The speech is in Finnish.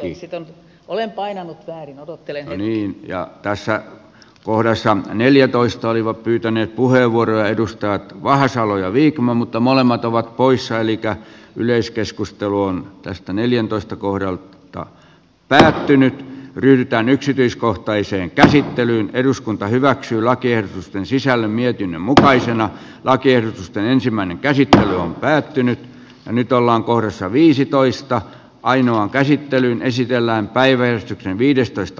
ei sitä ole painanut äidin odottelee veli ja tässä kohdassa neljätoista olivat pyytäneet puheenvuoroja edustavat vahasalo ja wiikman mutta molemmat ovat poissa eikä yleiskeskustelua tästä neljäntoista kohdan ta päätynyt pyritään yksityiskohtaiseen käsittelyyn eduskunta hyväksy lakien sisällön mietinnön mukaisena lakiehdotusten ensimmäinen käsittely on päättynyt ja nyt ollaan orsa viisitoista ainoan käsittelyyn esitellään päivä sisällöstä